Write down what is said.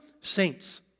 Saints